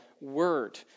word